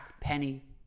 Penny